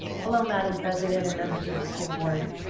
hello, madam president and members of the school board.